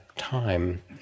time